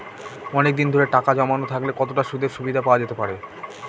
অনেকদিন ধরে টাকা জমানো থাকলে কতটা সুদের সুবিধে পাওয়া যেতে পারে?